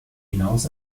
hinaus